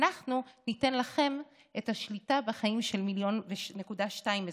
אנחנו ניתן לכם את השליטה בחיים של 1.2 מיליון אזרחים.